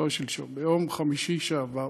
לא שלשום, ביום חמישי שעבר.